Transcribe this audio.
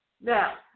Now